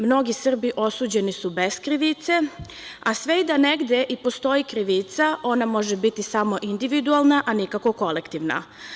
Mnogi Srbi osuđeni su bez krivice, a sve i da negde i postoji krivica, ona može biti samo individualna, a nikako kolektivna.